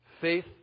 Faith